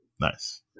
nice